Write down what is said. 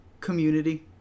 Community